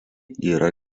yra